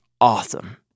awesome